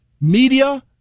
media